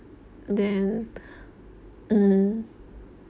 then mm